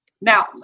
Now